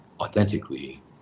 authentically